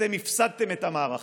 שאתם הפסדתם את המערכה,